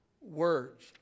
words